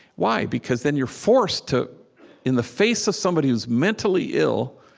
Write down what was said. why? because then you're forced to in the face of somebody who's mentally ill,